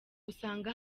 uzasanga